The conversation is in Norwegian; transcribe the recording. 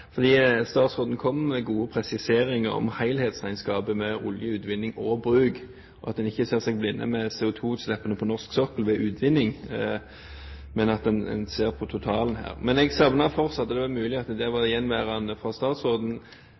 statsråden kom med gode presiseringer om helhetsregnskapet for oljeutvinning og -bruk. En ser seg ikke blind på CO2-utslippene ved utvinning på norsk sokkel, men en ser på totalen. Men jeg savner fortsatt – det var mulig at det var i det gjenværende